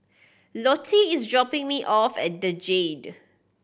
lottie is dropping me off at The Jade